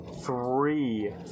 Three